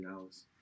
hours